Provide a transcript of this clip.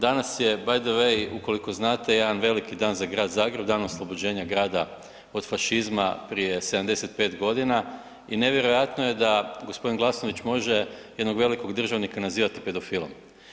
Danas je btw. ukoliko znate jedan veliki dan za Grad Zagreb, Dan oslobođenja grada od fašizma prije 75.g. i nevjerojatno je da g. Glasnović može jednog velikog državnika nazivati pedofilom.